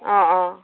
অঁ অঁ